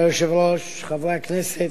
כבוד היושב-ראש, חברי הכנסת,